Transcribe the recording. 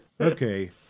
okay